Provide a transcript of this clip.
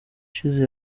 ishize